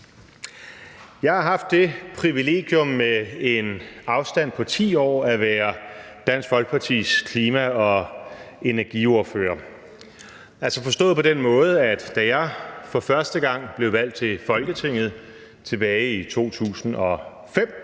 Jeg har haft det privilegium med en afstand på 10 år at være Dansk Folkepartis klima- og energiordfører, altså forstået på den måde, at da jeg for første gang blev valgt til Folketinget tilbage i 2005,